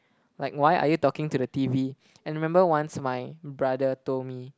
like why are you talking to the T_V and remember once my brother told me